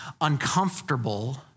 uncomfortable